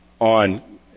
on